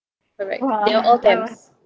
correct they are all temps